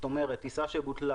כלומר טיסה שבוטלה,